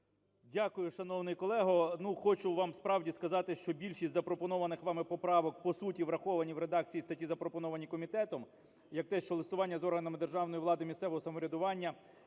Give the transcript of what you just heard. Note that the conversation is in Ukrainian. Дякую, шановний колего. Хочу вам справді сказати, що більшість запропонованих вами поправок по суті враховані в редакції статті, запропонованій комітетом, як те, що листування з органами державної влади, місцевого самоврядування,